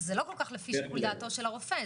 זה לא לפי שיקול דעתו של הרופא.